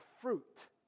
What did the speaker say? fruit